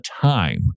time